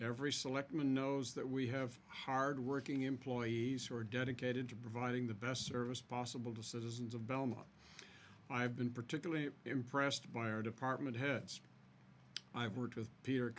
every selectman knows that we have hard working employees who are dedicated to providing the best service possible to citizens of belmont i've been particularly impressed by our department heads i've worked with peter